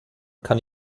kann